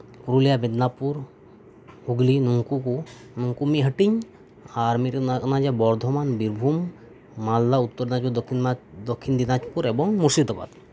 ᱯᱩᱨᱩᱞᱤᱭᱟ ᱢᱮᱫᱽᱱᱟᱯᱩᱨ ᱦᱩᱜᱽᱞᱤ ᱱᱩᱝᱠᱩ ᱠᱚ ᱱᱩᱠᱩ ᱢᱤᱫ ᱦᱟᱴᱤᱧ ᱟᱨ ᱢᱤᱫ ᱨᱮᱱᱟᱜ ᱵᱚᱨᱫᱷᱚᱢᱟᱱ ᱵᱤᱨᱵᱷᱩᱢ ᱢᱟᱞᱫᱟ ᱩᱛᱛᱚᱨ ᱫᱤᱱᱟᱡᱽᱯᱩᱨ ᱫᱚᱠᱠᱷᱤᱱ ᱫᱤᱱᱟᱡᱽ ᱯᱩᱨ ᱮᱵᱚᱝ ᱢᱩᱨᱥᱤᱫᱟᱵᱟᱫᱽ